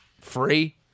Free